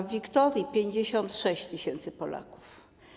W Wiktorii - 56 tys. Polaków.